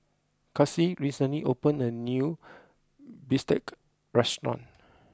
Kassie recently opened a new Bistake restaurant